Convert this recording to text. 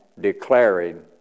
declaring